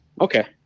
okay